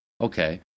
Okay